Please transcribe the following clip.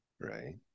right